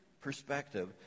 perspective